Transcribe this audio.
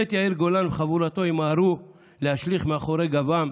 באמת יאיר גולן וחבורתו ימהרו להשליך מאחורי גוום,